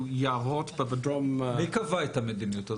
יערות -- מי קבע את המדיניות הזאת?